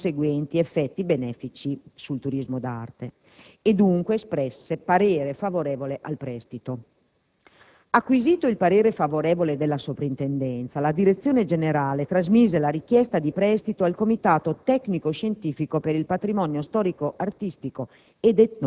con conseguenti effetti benefìci sul turismo d'arte e dunque espresse parere favorevole al prestito. Acquisito il parere favorevole della Soprintendenza, la Direzione generale trasmise la richiesta di prestito al Comitato tecnico scientifico per il patrimonio storico artistico